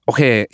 Okay